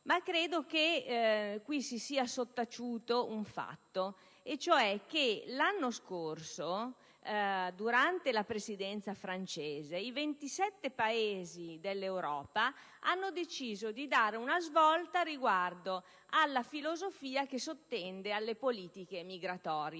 ma credo che si sia sottaciuto il fatto che l'anno scorso, durante la presidenza francese, i 27 Paesi dell'Unione europea hanno deciso di dare una svolta alla filosofia che sottende alle politiche migratorie,